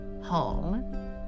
home